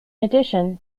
addition